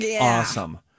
awesome